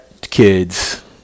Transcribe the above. kids